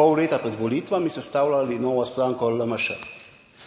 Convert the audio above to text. pol leta pred volitvami sestavljali novo stranko LMŠ.